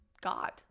God